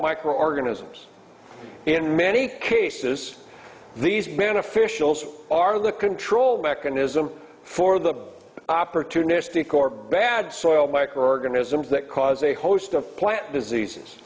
microorganisms in many cases these men officials are the control mechanism for the opportunistic or bad soil microorganisms that cause a host of plant diseases